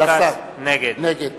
נגד